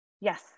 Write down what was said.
Yes